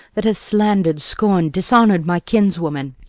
that hath slandered, scorned, dishonoured my kinswoman?